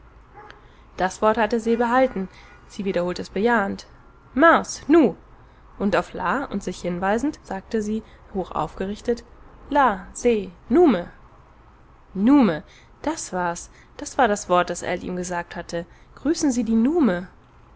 das wort hatte se behalten sie wiederholte es bejahend mars nu und auf la und sich hinweisend sagte sie hochaufgerichtet la se nume nume das war's das war das wort das ell ihm gesagt hatte grüßen sie die nume